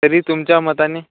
तरी तुमच्या मताने